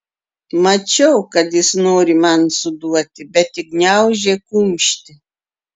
mačiau kad jis nori man suduoti bet tik gniaužė kumštį